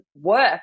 work